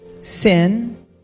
sin